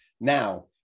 Now